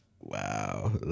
wow